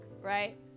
right